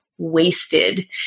Wasted